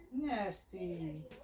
Nasty